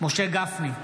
משה גפני,